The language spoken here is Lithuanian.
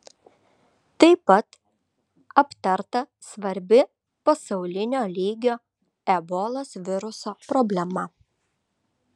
tai pat aptarta svarbi pasaulinio lygio ebolos viruso problema